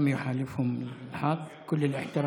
טוב שהמשרד לאיכות הסביבה מעלה את האחוז